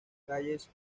calles